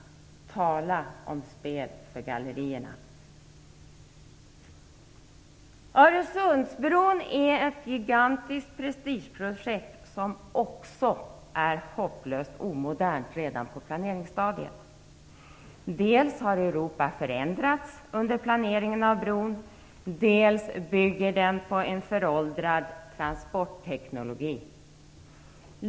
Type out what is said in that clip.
Tala om spel för gallerierna! Öresundsbron är ett gigantiskt prestigeprojekt, som också är hopplöst omodernt redan på planeringsstadiet. Dels har Europa förändrats under planeringen av bron, dels bygger den på en föråldrard transportteknologi.